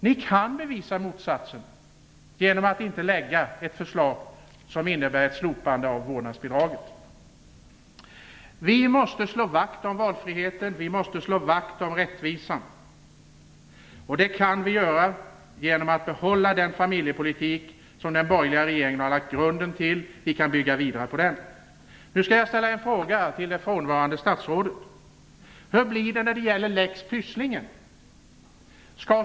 Ni kan bevisa motsatsen genom att inte lägga fram ett förslag som innebär ett slopande av vårdnadsbidragen. Vi måste slå vakt om valfriheten. Vi måste slå vakt om rättvisan. Det kan vi göra genom att behålla den familjepolitik som den borgerliga regeringen har lagt grunden till. Vi kan bygga vidare på den. Nu skall jag ställa en fråga till det frånvarande statsrådet. Hur blir det när det gäller lex Pysslingen?